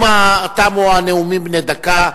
תמו הנאומים בני דקה.